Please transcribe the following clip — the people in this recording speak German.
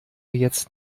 jetzt